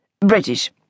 British